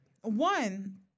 one